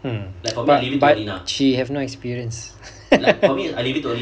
mm but but she have no experience